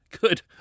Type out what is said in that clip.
Good